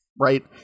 right